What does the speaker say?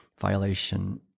violation